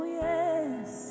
yes